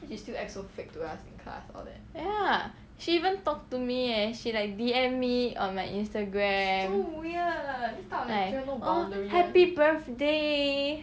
ya she even talk to me eh she like D_M me on my instagram like oh happy birthday